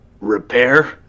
Repair